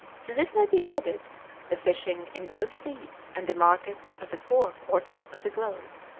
to this may be added the fishing in both seas and the markets of the four quarters of the globe.